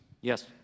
Yes